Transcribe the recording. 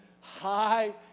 high